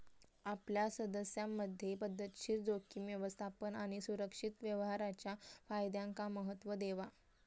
आपल्या सदस्यांमधे पध्दतशीर जोखीम व्यवस्थापन आणि सुरक्षित व्यवहाराच्या फायद्यांका महत्त्व देवा